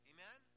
Amen